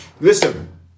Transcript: Listen